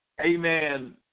Amen